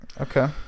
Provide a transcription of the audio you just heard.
Okay